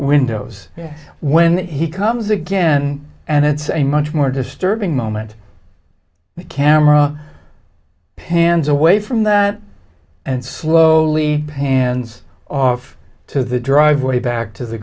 windows when he comes again and it's a much more disturbing moment the camera pans away from that and slowly hands off to the driveway back to the